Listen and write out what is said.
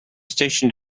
station